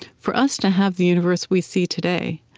for us to have the universe we see today,